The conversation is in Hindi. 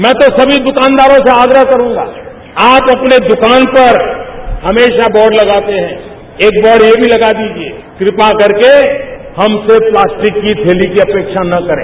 मैं तो सभी दुकानदारों से आग्रह करूंगा आप अपने दुकान पर हमेशा बोर्ड लगाते हैं एक बोर्ड यह भी लगा दीजिये कृपा करके हमसे प्लास्टिक की थैली की अपेक्षा न करें